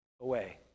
away